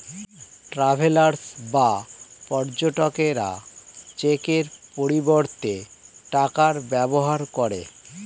travellers বা পর্যটকরা চেকের পরিবর্তে টাকার ব্যবহার করে